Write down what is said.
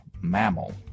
mammal